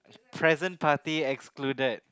present party excluded